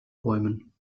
bäumen